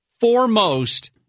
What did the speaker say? foremost